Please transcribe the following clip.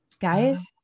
guys